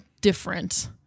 different